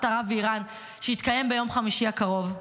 ערב ומאיראן שיתקיים ביום חמישי הקרוב,